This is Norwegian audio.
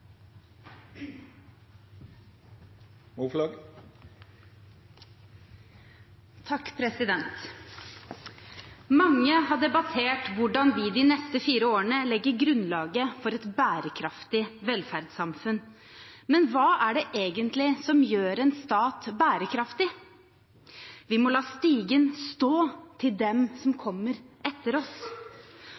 fire årene legger grunnlaget for et bærekraftig velferdssamfunn, men hva er det egentlig som gjør en stat bærekraftig? Vi må la stigen stå til dem som kommer etter oss.